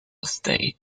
estate